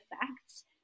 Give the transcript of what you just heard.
facts